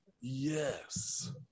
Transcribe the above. Yes